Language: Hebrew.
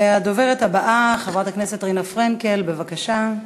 הדוברת הבאה, חברת הכנסת רינה פרנקל, בבקשה.